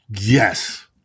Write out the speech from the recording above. Yes